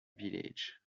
village